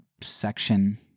section